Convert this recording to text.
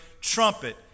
trumpet